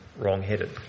wrong-headed